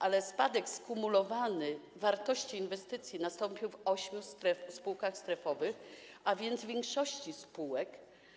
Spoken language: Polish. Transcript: Ale spadek skumulowany wartości inwestycji nastąpił w ośmiu spółkach strefowych, a więc w większości spółek.